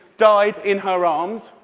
died in her arms.